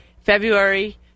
February